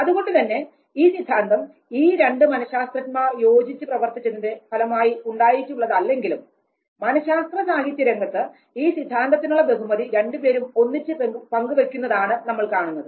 അതുകൊണ്ടുതന്നെ ഈ സിദ്ധാന്തം ഈ രണ്ടു മനശാസ്ത്രജ്ഞന്മാർ യോജിച്ച് പ്രവർത്തിച്ചതിന്റെ ഫലമായി ഉണ്ടായിട്ടുള്ളതല്ലെങ്കിലും മനശാസ്ത്ര സാഹിത്യരംഗത്ത് ഈ സിദ്ധാന്തത്തിനുഉള്ള ബഹുമതി രണ്ടുപേരും ഒന്നിച്ച് പങ്കുവയ്ക്കുന്നതാണ് നമ്മൾ കാണുന്നത്